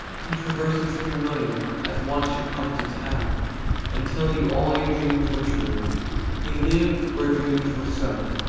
he traverses familiar, as one should come to town and tell you all your dreams were true he lived where dreams were sown.